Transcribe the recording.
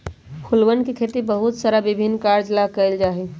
फूलवन के खेती बहुत सारा विभिन्न कार्यों ला कइल जा हई